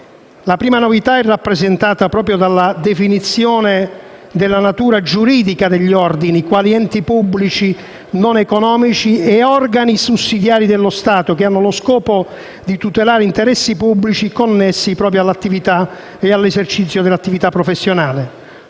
La prima novità è rappresentata dalla definizione della natura giuridica degli ordini quali enti pubblici non economici e organi sussidiari dello Stato che hanno lo scopo di tutelare interessi pubblici connessi all'attività e all'esercizio dell'attività professionale.